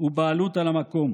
ובעלות על המקום.